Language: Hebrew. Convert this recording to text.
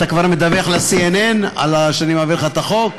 אתה כבר מדווח ל-CNN שאני מעביר לך את החוק?